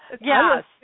Yes